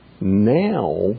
Now